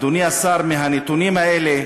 אדוני השר, מהנתונים האלה